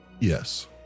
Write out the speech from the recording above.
Yes